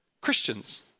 Christians